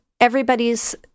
everybody's